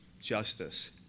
justice